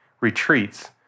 retreats